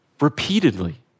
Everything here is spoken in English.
repeatedly